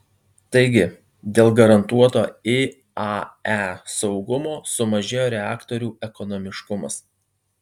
taigi dėl garantuoto iae saugumo sumažėjo reaktorių ekonomiškumas